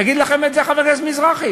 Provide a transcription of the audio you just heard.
יגיד לכם את זה חבר הכנסת מזרחי.